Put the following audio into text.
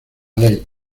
ley